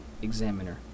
Examiner